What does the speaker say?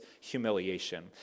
humiliation